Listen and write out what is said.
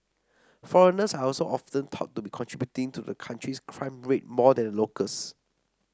foreigners are also often thought to be contributing to the country's crime rate more than locals